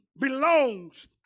belongs